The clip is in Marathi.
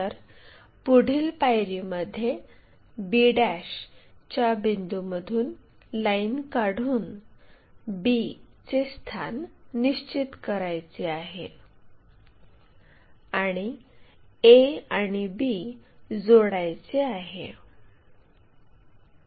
तर पुढील पायरीमध्ये b च्या बिंदूमधून लाईन काढून b चे स्थान निश्चित करायचे आहे आणि a आणि b जोडायचे आहे